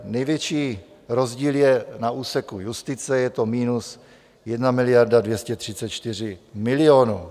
Největší rozdíl je na úseku justice, je to minus 1 miliarda 234 milionů.